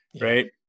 Right